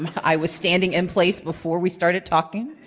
i was standing in place before we started talking.